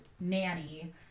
nanny